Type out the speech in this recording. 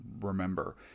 remember